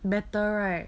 better right